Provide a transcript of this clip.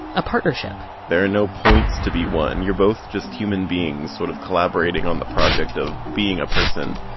a partnership there are no points to be won. you're both just human beings sort of collaborating on the project of being a person.